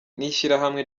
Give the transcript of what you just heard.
n’ishyirahamwe